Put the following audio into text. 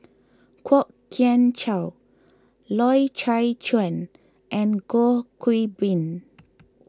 Kwok Kian Chow Loy Chye Chuan and Goh Qiu Bin